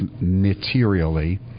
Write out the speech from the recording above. materially